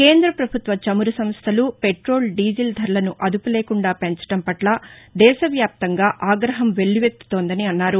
కేంద్ర ప్రభుత్వ చమురు సంస్థలు పెట్రోల్ డీజిల్ ధరలను అదుపులేకుండా పెంచడం పట్ల దేశవ్యాప్తంగా ఆగ్రహం వెల్లువెత్తుతోందని అన్నారు